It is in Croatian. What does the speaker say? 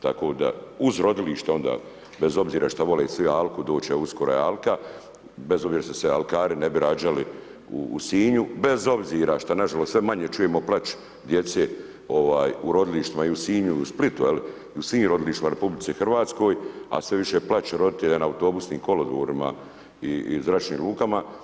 Tako da uz rodilište onda, bez obzira što vole i svi alku, doći će uskoro i alka, bez obzira što se alkari ne bi rađali u Sinju, bez obzira što nažalost sve manje čujemo plač djece u rodilištima i u Sinju ili u Splitu, i u svim rodilištima u RH a sve više plač roditelja na autobusnim kolodvorima i zračnim lukama.